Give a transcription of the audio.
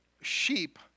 sheep